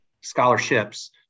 scholarships